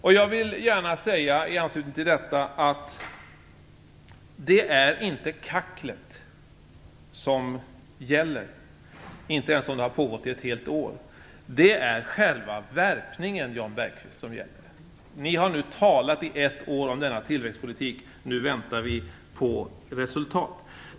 I anslutning till detta vill jag gärna säga att det inte är kacklet som gäller, inte ens om det har pågått i ett helt år. Det är själva värpningen, Jan Bergqvist, som gäller.